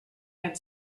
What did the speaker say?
had